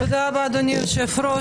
תודה רבה, אדוני היושב-ראש.